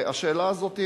והשאלה הזאת,